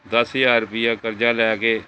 ਦਸ ਹਜ਼ਾਰ ਰੁਪਈਆ ਕਰਜ਼ਾ ਲੈ ਕੇ